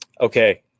Okay